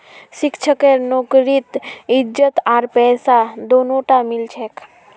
शिक्षकेर नौकरीत इज्जत आर पैसा दोनोटा मिल छेक